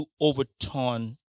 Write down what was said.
overturn